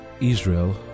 Israel